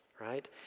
right